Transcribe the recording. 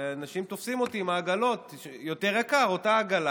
ואנשים תופסים אותי עם העגלות: אותה עגלה,